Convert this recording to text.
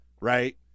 Right